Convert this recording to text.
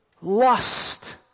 lust